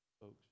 folks